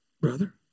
brother